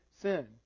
sin